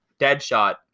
Deadshot